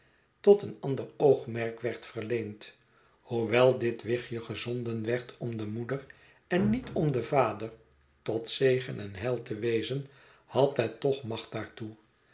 tot een ander oogmerk werd verleend hoewel dit wichtje gezonden werd om de moeder en niet den vader tot zegen en heil te wezen had het toch macht daartoe